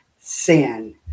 sin